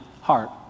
heart